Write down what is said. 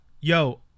yo